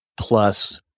plus